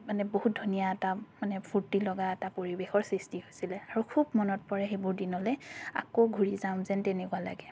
মানে বহুত ধুনীয়া এটা মানে ফূৰ্তি লগা এটা পৰিৱেশৰ সৃষ্টি হৈছিলে আৰু খুব মনত পৰে সেইবোৰ দিনলে আকৌ ঘূৰি যাওঁ যেন তেনেকুৱা লাগে